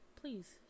please